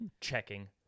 Checking